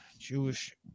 Jewish